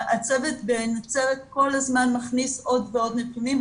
והצוות בנצרת כל הזמן מכניס עוד ועוד נתונים.